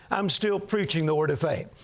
i'm still preaching the word of faith.